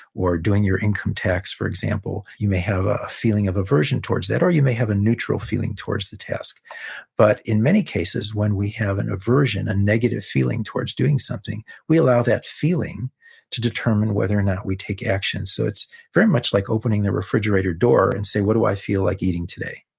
or doing your income tax, for example. you may have a feeling of aversion towards that, or you may have a neutral feeling towards the task but in many cases, when we have an aversion, a negative feeling towards doing something, we allow that feeling to determine whether or not we take action. so, it's very much like opening the refrigerator door and saying, what do i feel like eating today,